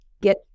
get